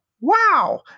Wow